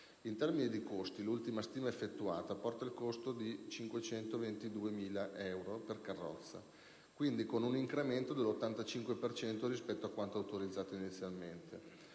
In termini di costi, l'ultima stima effettuata porta il costo di 522.000 euro per carrozza, con un incremento quindi dell' 85 per cento rispetto a quanto autorizzato inizialmente.